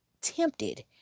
tempted